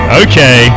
okay